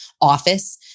office